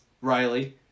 Riley